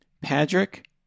Patrick